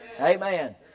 amen